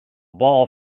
ball